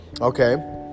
okay